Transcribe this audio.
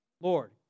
Lord